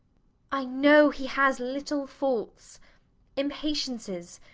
i know he has little faults impatiences,